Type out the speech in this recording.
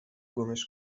گمش